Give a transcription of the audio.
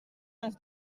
els